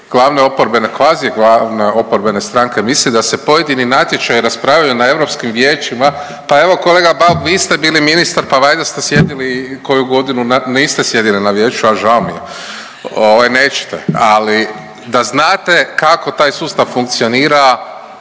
glavne oporbene, kvazi glavne oporbene stranke misli da se pojedini natječaji raspravljaju na Europskim vijećima, pa evo kolega Bauk vi ste bili ministar pa valjda ste sjedili i koju godinu na, niste sjedili na vijeću, a žao mi je, ovaj nećete, ali da znate kako taj sustav funkcionira